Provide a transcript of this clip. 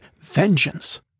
vengeance